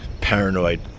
Paranoid